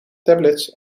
tablets